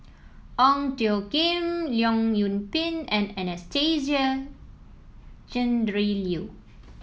Ong Tjoe Kim Leong Yoon Pin and Anastasia Tjendri Liew